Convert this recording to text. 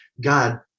God